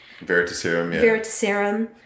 Veritaserum